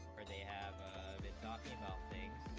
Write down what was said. are they have had been talking about things